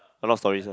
a lot of stories ah